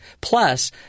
Plus